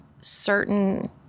certain